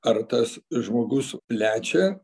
ar tas žmogus plečia